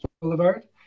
Boulevard